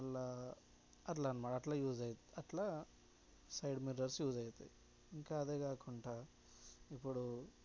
అట్లా అట్లా అనమాట అట్లా యూస్ అవుతుంది అట్లా సైడ్ మిర్రర్స్ యూస్ అవుతాయి ఇంకా అదే కాకుంటా ఇప్పుడూ